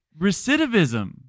recidivism